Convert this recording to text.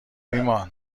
ایمان